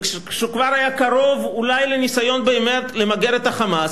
וכשהוא היה כבר קרוב אולי באמת לניסיון למגר את ה"חמאס",